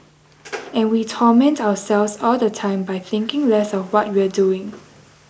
and we torment ourselves all the time by thinking less of what we're doing